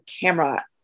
camera